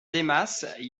demás